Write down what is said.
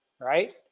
right